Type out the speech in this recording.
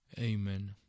Amen